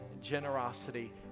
generosity